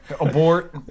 Abort